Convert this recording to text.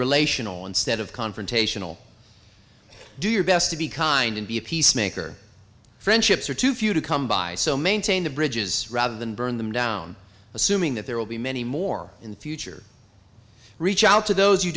relational instead of confrontational do your best to be kind and be a peacemaker friendships are too few to come by so maintain the bridges rather than burn them down assuming that there will be many more in the future reach out to those you